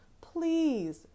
please